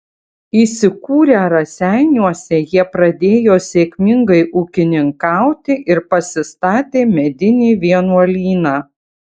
įsikūrę raseiniuose jie pradėjo sėkmingai ūkininkauti ir pasistatė medinį vienuolyną